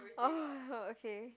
oh okay